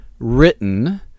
Written